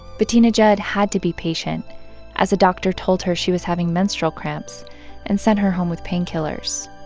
bettina judd had to be patient as a doctor told her she was having menstrual cramps and sent her home with painkillers.